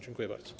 Dziękuję bardzo.